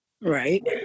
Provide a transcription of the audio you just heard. Right